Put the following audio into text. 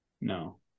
No